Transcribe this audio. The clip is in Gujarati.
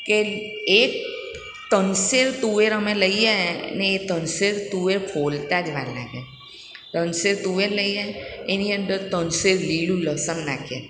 કે એક ત્રણ શેર તુવેર અમે લઈએ ને એ ત્રણ શેર તુવેર ફોલતાં જ વાર લાગે ત્રણ શેર તુવેર લઈએ એની અંદર ત્રણ શેર લીલું લસન નાખીએ